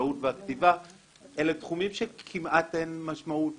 במדינת ישראל כמעט בכלל.